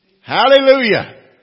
Hallelujah